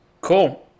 cool